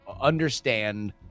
understand